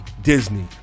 Disney